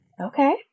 Okay